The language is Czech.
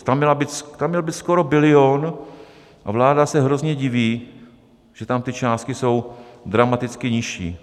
Tam měl být skoro bilion a vláda se hrozně diví, že tam ty částky jsou dramaticky nižší.